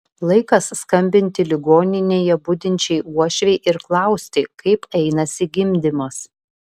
laikas skambinti ligoninėje budinčiai uošvei ir klausti kaip einasi gimdymas